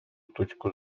точку